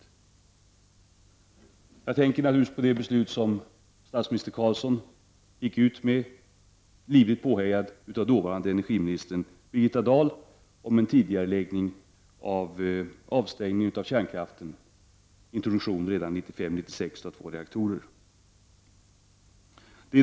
Jag tänker bl.a. på det beslut som statsminister Ingvar Carlsson gick ut med ivrigt påhejad av dåvarande energiministern Birgitta Dahl om en tidigareläggning av kärnkraftsavvecklingen med avstängning redan 1995/96 av två reaktorer.